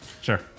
Sure